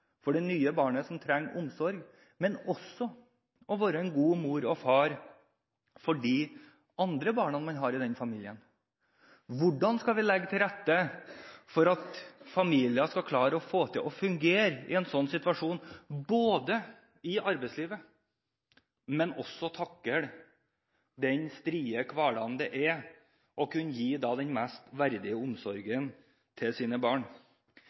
for det nye barnet som trenger omsorg, men det handler også om å være en god mor og far for de andre barna i familien. Hvordan skal vi legge til rette for at familier skal klare å fungere i en slik situasjon, både være ute i arbeidslivet og takle den strie hverdagen for å kunne gi den mest verdige omsorgen til sine barn?